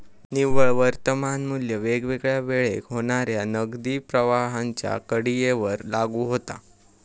निव्वळ वर्तमान मू्ल्य वेगवेगळ्या वेळेक होणाऱ्या नगदी प्रवाहांच्या कडीयेवर लागू होता